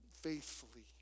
faithfully